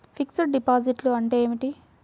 Fixed డిపాజిట్లు అంటే ఏమిటి?